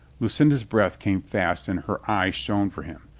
lucinda's breath came fast and her eyes shone for him.